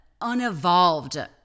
unevolved